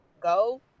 go